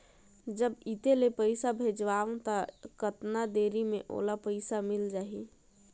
जब इत्ते ले पइसा भेजवं तो कतना देरी मे ओला पइसा मिल जाही?